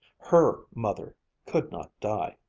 her mother could not die!